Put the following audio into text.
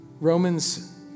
Romans